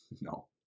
No